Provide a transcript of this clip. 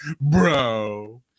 Bro